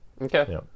Okay